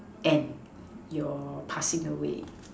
end your passing away